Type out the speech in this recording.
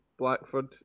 Blackford